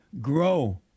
grow